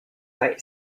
kaj